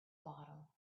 bottle